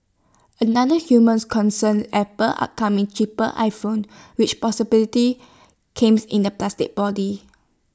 another humans concerns Apple's upcoming cheaper iPhone which possibility came in A plastic body